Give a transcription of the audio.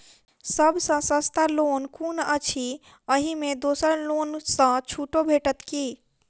सब सँ सस्ता लोन कुन अछि अहि मे दोसर लोन सँ छुटो भेटत की?